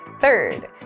Third